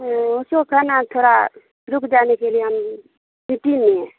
اس کو کہنا تھوڑا رک جانے کے لیے ہم میٹنگ میں ہیں